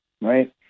Right